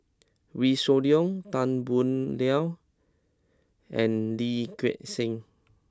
Wee Shoo Leong Tan Boo Liat and Lee Gek Seng